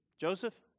Joseph